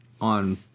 on